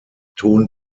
ton